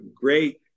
great